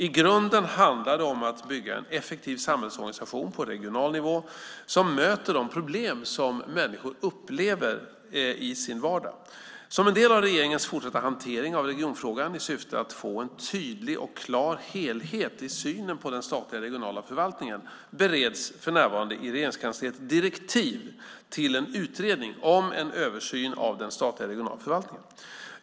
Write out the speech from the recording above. I grunden handlar det om att bygga en effektiv samhällsorganisation på regional nivå som möter de problem som människor upplever i sin vardag. Som en del av regeringens fortsatta hantering av regionfrågan, och i syfte att få en tydlig och klar helhet i synen på den statliga regionala förvaltningen, bereds för närvarande i Regeringskansliet direktiv till en utredning om en översyn av den statliga regionala förvaltningen.